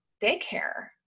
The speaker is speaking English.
daycare